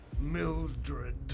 Mildred